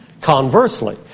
Conversely